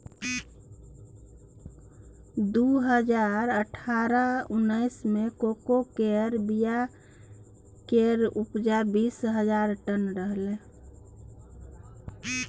दु हजार अठारह उन्नैस मे कोको केर बीया केर उपजा बीस हजार टन रहइ